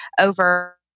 over